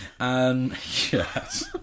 yes